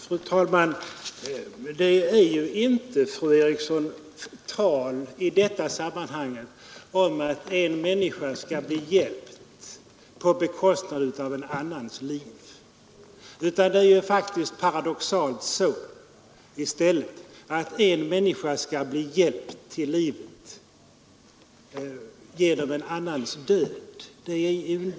Fru talman! Det är ju inte, fru Eriksson i Stockholm, i detta sammanhang tal om att en människa skall bli hjälpt på bekostnad av en annans liv, utan det är faktiskt — paradoxalt nog — så att en människa skall bli hjälpt till livet genom en redan död.